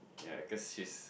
yea cause she's